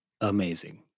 amazing